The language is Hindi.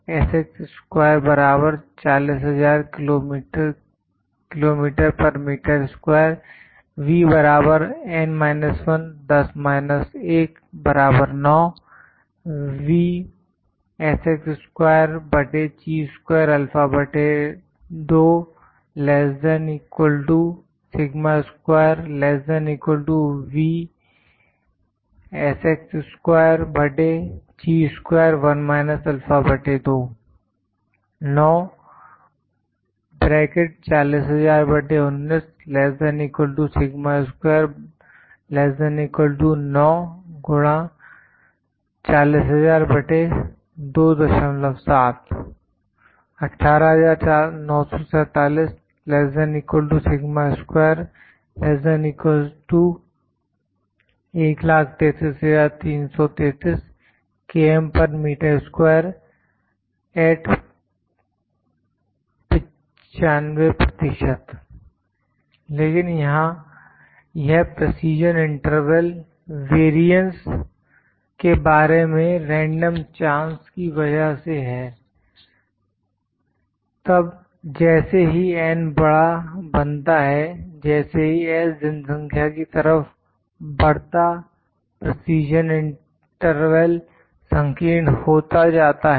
N 10 V 9 18947 at 95 लेकिन यह प्रेसीजन इंटरवल वेरियंस के बारे में रेंडम चांस की वजह से है तब जैसे ही N बड़ा बनता है जैसे ही S जनसंख्या की तरफ बढ़ता प्रेसीजन इंटरवल संकीर्ण होता जाता है